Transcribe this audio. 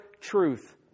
truth